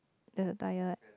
there's a tire